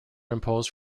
imposed